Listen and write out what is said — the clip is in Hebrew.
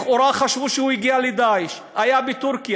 לכאורה, חשבו שהוא הגיע ל"דאעש" היה בטורקיה.